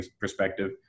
perspective